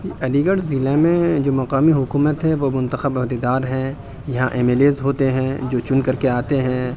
علی گڑھ ضلع میں جو مقامی حکوت ہے وہ منتخب عہدہ دار ہیں یہاں ایم ایل ایز ہوتے ہیں جو چن کر کے آتے ہیں